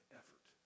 effort